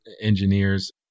Engineers